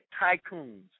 Tycoons